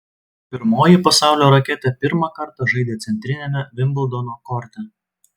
pirmoji pasaulio raketė pirmą kartą žaidė centriniame vimbldono korte